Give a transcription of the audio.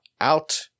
out